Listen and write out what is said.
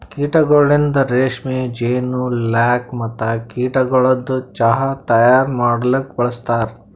ಕೀಟಗೊಳಿಂದ್ ರೇಷ್ಮೆ, ಜೇನು, ಲ್ಯಾಕ್ ಮತ್ತ ಕೀಟಗೊಳದು ಚಾಹ್ ತೈಯಾರ್ ಮಾಡಲೂಕ್ ಬಳಸ್ತಾರ್